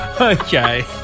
Okay